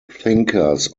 thinkers